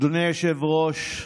אדוני היושב-ראש,